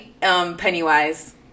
Pennywise